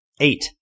Eight